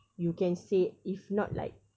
you can say if not like